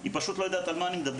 היא פשוט לא יודעת על מה אני מדבר,